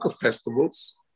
festivals